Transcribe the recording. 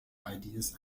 ideas